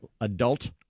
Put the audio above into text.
adult